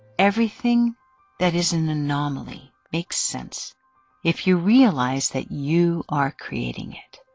everything that is an anomaly makes sense if you realize that you are creating it.